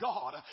God